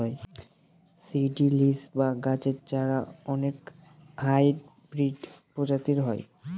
seedlings বা গাছের চারার অনেক হাইব্রিড প্রজাতি হয়